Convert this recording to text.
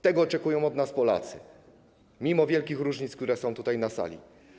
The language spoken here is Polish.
Tego oczekują od nas Polacy, mimo wielkich różnic, które są tutaj na sali.